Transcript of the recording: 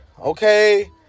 okay